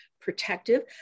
protective